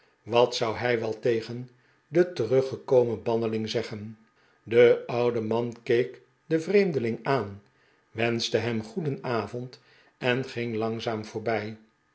wat zou hij wel tegen den teruggekomen banneling zeggen de oude man keek den vreemdeling aan wenschte hem goedenavond en ging langzaam voorbij